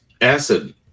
acid